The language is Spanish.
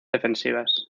defensivas